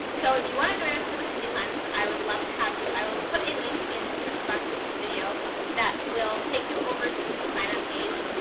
so, if you want to join us for the smoothie cleanse, i would love to have you, i will put a link in the description box of this video that will take you over to the sign up page,